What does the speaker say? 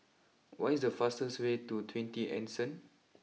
what is the fastest way to twenty Anson